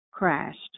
crashed